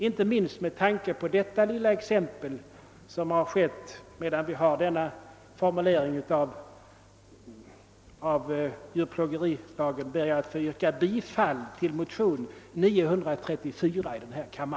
Inte minst med tanke på detta lilla exempel på djurplågeri, vilket har kunnat äga rum med nuvarande formulering av djurplågerilagen, ber jag att få yrka bifall till motionen II: 934.